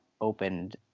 opened